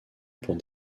pour